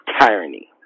Tyranny